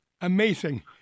Amazing